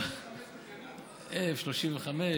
F-35 בבירות.